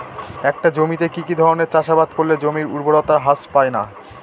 একটা জমিতে কি কি ধরনের চাষাবাদ করলে জমির উর্বরতা হ্রাস পায়না?